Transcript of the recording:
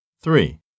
Three